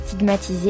stigmatisé